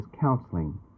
counseling